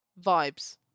Vibes